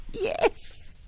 Yes